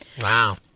Wow